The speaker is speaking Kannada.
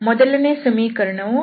ಮೊದಲನೇ ಸಮೀಕರಣವು ∂f∂x2xy